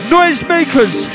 Noisemakers